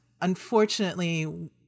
unfortunately